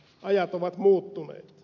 ajat ovat muuttuneet